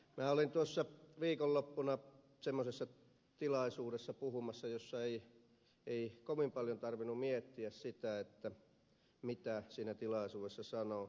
minä olin tuossa viikonloppuna semmoisessa tilaisuudessa puhumassa jossa ei kovin paljon tarvinnut miettiä sitä mitä siinä tilaisuudessa sanoo